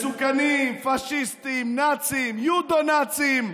מסוכנים, פשיסטים, נאצים, יודו-נאצים,